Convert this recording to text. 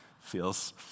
feels